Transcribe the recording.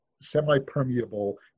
semi-permeable